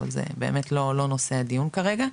אבל זה באמת לא נושא הדיון כרגע.